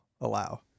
allow